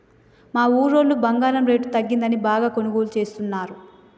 మా ఊరోళ్ళు బంగారం రేటు తగ్గిందని బాగా కొనుగోలు చేస్తున్నరు